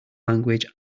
language